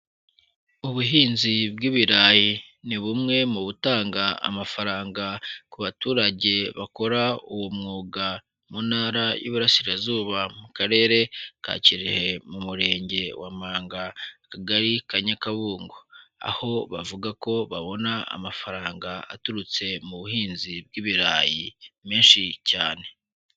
Ubuhinzi bw'ibirayi ni bumwe mu butanga amafaranga ku baturage bakora uwo mwuga mu ntara y'iburasirazuba, mu karere ka Kirehe, mu murenge wa Manga, Akagari ka Nyakabungo, aho bavuga ko babona amafaranga aturutse mu buhinzi bw'ibirayi menshi cyane.